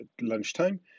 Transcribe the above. lunchtime